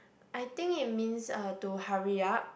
I think it means uh to hurry up